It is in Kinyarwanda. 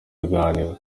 biganiro